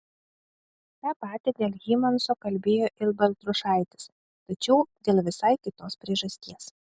tą patį dėl hymanso kalbėjo ir baltrušaitis tačiau dėl visai kitos priežasties